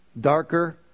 darker